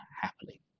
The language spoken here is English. happily